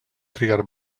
trigar